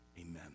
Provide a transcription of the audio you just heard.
Amen